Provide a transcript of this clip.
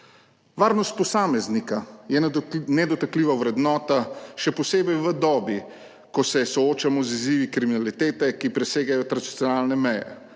Varnost posameznika je nedotakljiva vrednota, še posebej v dobi, ko se soočamo z izzivi kriminalitete, ki presegajo tradicionalne meje.